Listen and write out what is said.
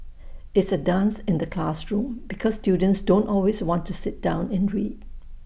it's A dance in the classroom because students don't always want to sit down and read